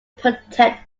protect